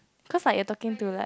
cause like you are talking to like